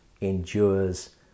endures